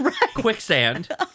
quicksand